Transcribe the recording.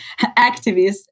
activists